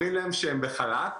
אומרים להם שהם בחל"ת,